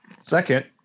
Second